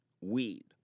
weed